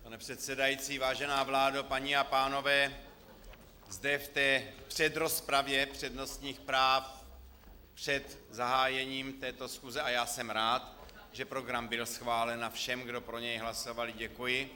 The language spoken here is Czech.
Pane předsedající, vážená vládo, paní a pánové, zde v té předrozpravě přednostních práv před zahájením této schůze a já jsem rád, že program byl schválen, a všem, kdo pro něj hlasovali, děkuji.